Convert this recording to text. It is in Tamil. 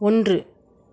ஒன்று